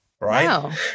right